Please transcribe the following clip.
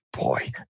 Boy